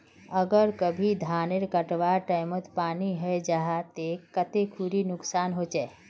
अगर कभी धानेर कटवार टैमोत पानी है जहा ते कते खुरी नुकसान होचए?